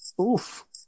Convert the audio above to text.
oof